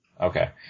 Okay